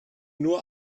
nur